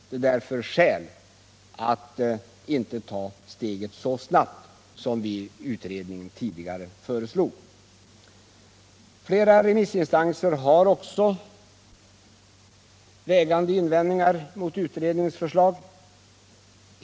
Det är därför skäl att inte ta steget så snabbt som vi i utredningen tidigare föreslog. Flera remissinstanser har också vägande invändningar mot utredningens förslag.